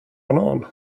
banan